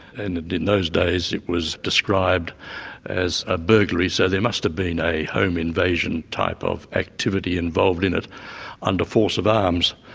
and and in those days it was described as a burglary, so there must have been a home invasion type of activity involved in it under force of arms.